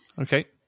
Okay